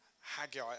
Haggai